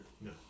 No